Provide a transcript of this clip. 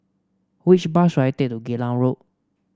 which bus should I take to Geylang Road